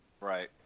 right